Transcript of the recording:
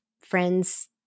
friends